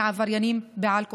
לעבריינים בעל כורחם.